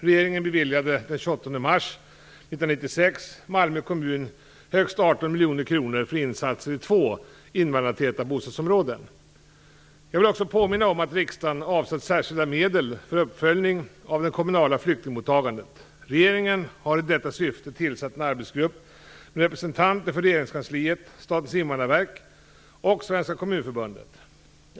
Regeringen beviljade den 28 mars Jag vill också påminna om att riksdagen har avsatt särskilda medel för uppföljning av det kommunala flyktingmottagandet. Regeringen har i detta syfte tillsatt en arbetsgrupp med representanter för regeringskansliet, Statens invandrarverk och Svenska kommunförbundet.